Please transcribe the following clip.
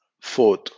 Fourth